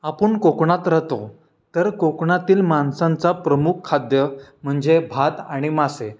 आपण कोकणात राहतो तर कोकणातील माणसांचा प्रमुख खाद्य म्हणजे भात आणि मासे